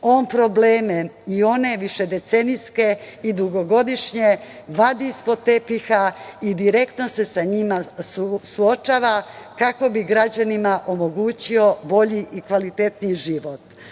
on probleme i one višedecenijske i dugogodišnje vadi ispod tepiha i direktno se sa njima suočava kako bi građanima omogućio bolji i kvalitetniji život. Ono